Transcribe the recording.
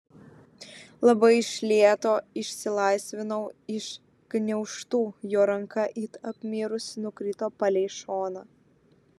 labai iš lėto išsilaisvinau iš gniaužtų jo ranka it apmirusi nukrito palei šoną